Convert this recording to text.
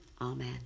Amen